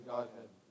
Godhead